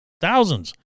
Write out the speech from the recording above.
thousands